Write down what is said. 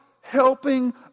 helping